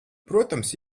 protams